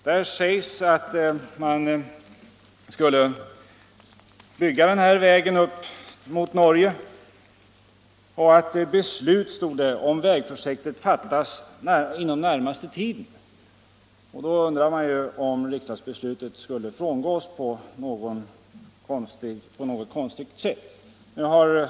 Där sades att man hade planer på att bygga den här vägen upp mot Norge och att beslut om vägprojektet skulle fattas inom den närmaste tiden. Då undrar man ju om riksdagsbeslutet skall frångås på något konstigt sätt.